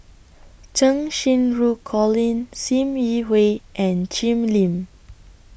Cheng Xinru Colin SIM Yi Hui and Jim Lim